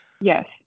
Yes